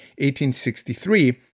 1863